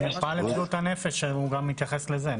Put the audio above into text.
אבל לגבי מרפאה לבריאות הנפש, הוא גם מתייחס לזה.